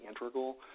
integral